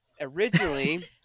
originally